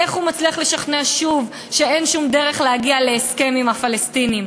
איך הוא מצליח לשכנע שוב שאין שום דרך להגיע להסכם עם הפלסטינים.